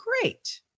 great